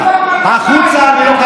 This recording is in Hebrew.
זה דבר שלא קרה במדינת ישראל,